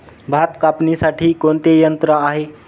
भात कापणीसाठी कोणते यंत्र आहे?